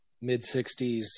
mid-60s